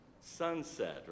sunset